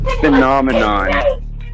Phenomenon